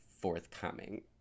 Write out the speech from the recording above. Forthcoming